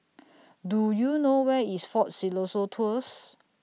Do YOU know Where IS Fort Siloso Tours